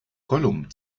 gollum